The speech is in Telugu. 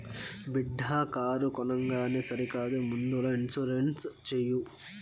బిడ్డా కారు కొనంగానే సరికాదు ముందల ఇన్సూరెన్స్ చేయి